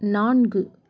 நான்கு